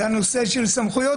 זה הנושא של סמכויות